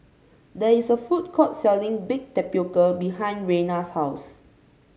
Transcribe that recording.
there is a food court selling Baked Tapioca behind Reina's house